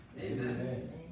Amen